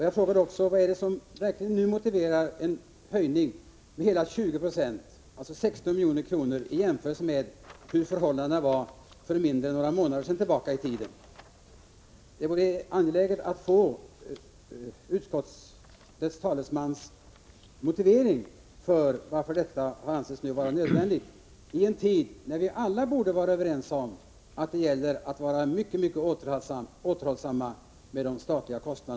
Jag frågade också: Vad är det som nu motiverar en höjning med hela 20 26 —- alltså 16 milj.kr. — i jämförelse med de förhållanden som rådde för bara några månader sedan? Det vore angeläget att få utskottets talesmans motivering till varför detta anses nödvändigt i en tid när vi alla borde vara överens om att det gäller att vara mycket återhållsam med de statliga utgifterna.